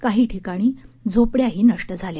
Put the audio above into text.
काही ठिकाणी झोपड्याही नष्ट झाल्या